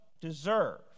deserve